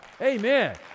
Amen